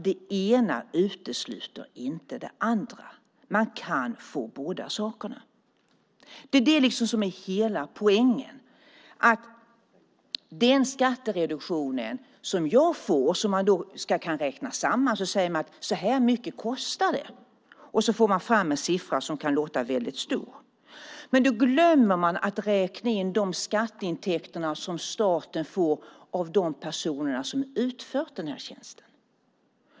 Det ena utesluter inte det andra. Man kan få båda sakerna. Det är det som är hela poängen. Man kan räkna samman skattereduktionen och säga "Så här mycket kostar det!" och få fram en siffra som kan låta väldigt stor. Men då glömmer man att räkna in de skatteintäkter som staten får av de personer som utfört tjänsten.